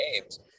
games